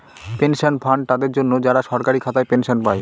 pension fund তাদের জন্য, যারা সরকারি খাতায় পেনশন পায়